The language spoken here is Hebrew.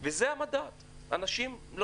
אז הם לא יפרסמו ----- לפ"מ זה לשכת שירות.